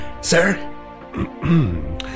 sir